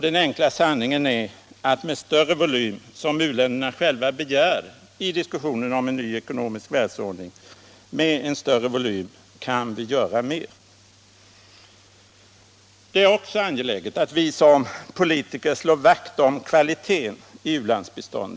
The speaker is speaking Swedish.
Den enkla sanningen är att med större biståndsvolym, något som u-länderna själva begär i diskussionerna om en ny ekonomisk världsordning, kan vi göra mer. Det är också angeläget att vi som politiker slår vakt om kvaliteten i u-landsbiståndet.